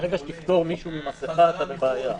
ברגע שתפטור מישהו ממסכה, אתה בבעיה.